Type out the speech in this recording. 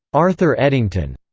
arthur eddington,